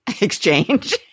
exchange